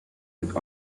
with